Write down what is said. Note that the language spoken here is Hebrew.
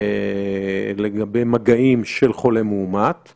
בקו השני יושבים עובדים.